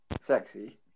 Sexy